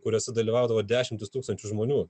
kuriose dalyvaudavo dešimtys tūkstančių žmonių